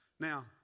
Now